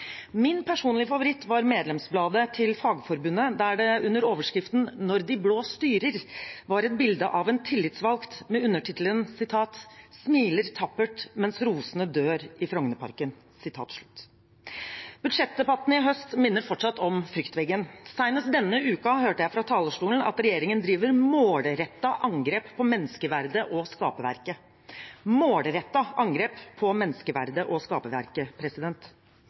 Min personlige favoritt var medlemsbladet til Fagforbundet, der det under overskriften «Når de blå styrer» var et bilde av en tillitsvalgt, med undertittelen «Smiler tappert mens rosene dør i Frognerparken». Budsjettdebattene i høst minner fortsatt om fryktveggen. Senest denne uka hørte jeg fra talerstolen at regjeringen driver målrettet angrep på menneskeverdet og skaperverket – målrettet angrep på menneskeverdet og skaperverket.